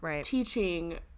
teaching